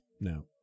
No